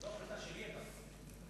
זו לא החלטה שלי, אגב.